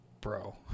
bro